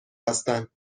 هستند